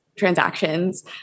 transactions